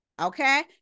Okay